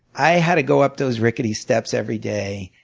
i had to go up those rickety steps every day.